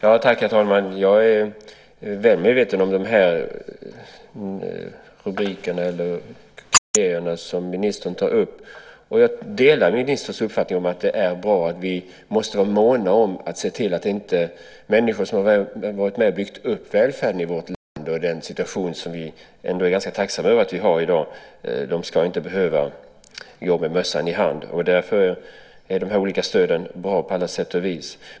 Herr talman! Jag är väl medveten om de kriterier som ministern tar upp och delar ministerns uppfattning. Det är bra att vi måste vara måna om och se till att människor som varit med och byggt upp välfärden i vårt land och som gjort att vi har den situation som vi i dag har och som vi ändå är ganska tacksamma för inte ska behöva gå med mössan i hand. Därför är de här olika stöden bra på alla sätt och vis.